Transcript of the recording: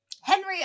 Henry